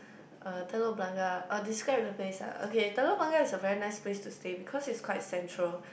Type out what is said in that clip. uh Telok Blangah orh describe the place ah okay Telok Blangah is a very nice place to stay because it's quite central